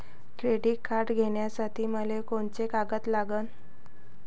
Credit card घ्यासाठी मले कोंते कागद लागन?